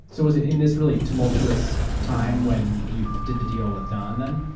so was it in this really tumultuous time when you did the deal with don then?